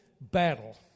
battle